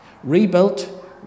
Rebuilt